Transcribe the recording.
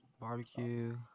Barbecue